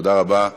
תודה רבה.